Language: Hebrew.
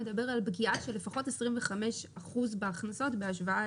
מדבר על פגיעה של לפחות 25% בהכנסות בהשוואה